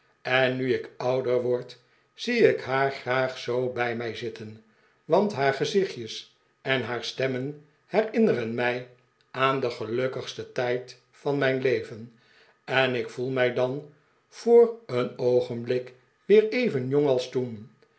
en nu ik ouder word zie ik haar graag zoo bij mij zitten want haar gezichtjes en haar stemmen herinneren mij aan den gelukkigsten tijd van mijn leven en ik voel mij dan voor een oogenblik weer even jong als toen